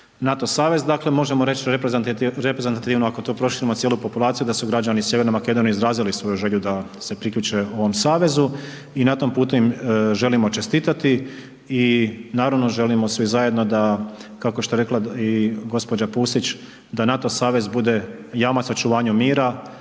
NATO savez, dakle možemo reći da reprezentativno ako tu proširimo cijelu populaciju da su građani Sjeverne Makedonije izrazili svoju želju da se priključe ovom savezu i na tom putu im želimo čestitati i naravno, želimo svi zajedno da kako što je rekla i gđa. Pusić, da NATO savez bude jamac očuvanja mira,